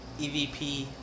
EVP